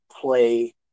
play